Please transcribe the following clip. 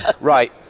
Right